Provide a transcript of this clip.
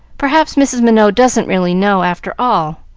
perhaps mrs. minot doesn't really know, after all.